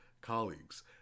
colleagues